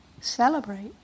celebrate